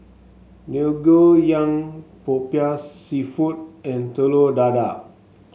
Ngoh Hiang popiah seafood and Telur Dadah